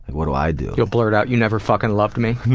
what do i do? you'll blurt out you never fucking loved me?